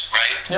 right